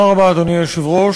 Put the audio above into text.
אדוני היושב-ראש,